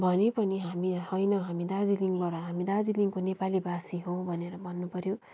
भने पनि हामी होइन हामी दार्जिलिङबाट हामी दार्जिलिङको नेपालीभाषी हौँ भनेर भन्नुपऱ्यो